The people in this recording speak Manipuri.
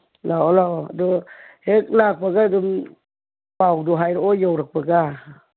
ꯂꯥꯛꯑꯣ ꯂꯥꯛꯑꯣ ꯑꯗꯨ ꯍꯦꯛ ꯂꯥꯛꯄꯒ ꯑꯗꯨꯝ ꯄꯥꯎꯗꯣ ꯍꯥꯏꯔꯛꯑꯣ ꯌꯧꯔꯛꯄꯒ